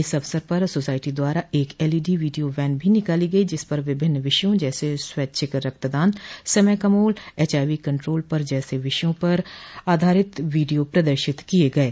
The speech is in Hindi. इस अवसर पर सोसायटी द्वारा एक एलईडी वीडियो वैन भी निकाली गई जिस पर विभिन्न विषयों जैसे स्वैच्छिक रक्त दान समय का मोल और एचआईवी पर कंट्रोल जैसे विषयों पर आधारित वीडियो प्रदर्शित किये गये